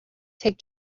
take